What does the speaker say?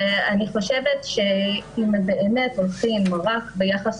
ואני חושבת שאם באמת הולכים רק ביחס